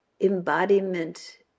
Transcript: embodiment